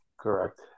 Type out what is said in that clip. Correct